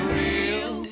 real